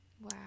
Wow